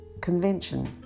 convention